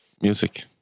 music